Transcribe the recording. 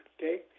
okay